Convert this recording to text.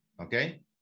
Okay